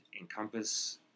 encompass